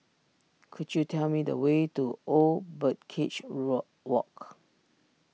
could you tell me the way to Old Birdcage Road Walk